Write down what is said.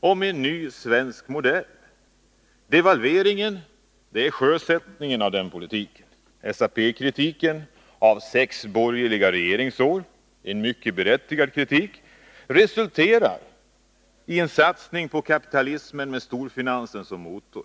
om en ny svensk modell. Devalveringen är sjösättningen av den politiken. SAP-kritiken av sex borgerliga regeringsår — en mycket berättigad kritik — resulterar i en satsning på kapitalismen med storfinansen som motor.